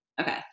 Okay